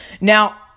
now